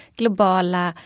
globala